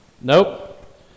Nope